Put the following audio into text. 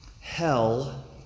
Hell